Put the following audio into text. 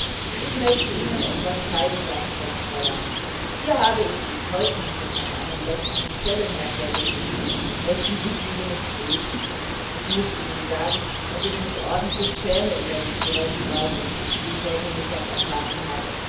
ich möchte ihnen etwas zeigen sagte das fräulein hier habe ich die zeugnisse von meinen letzten stellen hervorgesucht möchten sie diese nicht lesen ich muß ihnen sagen daß ich mich ordentlich schäme über die zurechtweisung die ich heute mittag erfahren habe